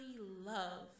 love